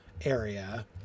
area